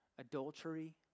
adultery